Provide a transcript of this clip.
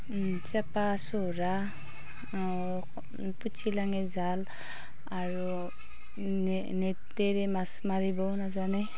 চেপা চোৰহা পুঠি লাঙি জাল আৰু নেটেৰে মাছ মাৰিবও নাজানে